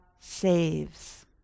saves